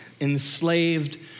enslaved